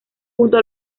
junto